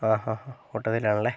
ആ ആ ഓട്ടത്തിൽ ആണ് അല്ലേ